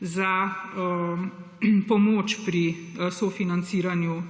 za pomoč pri sofinanciranju